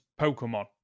Pokemon